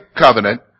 covenant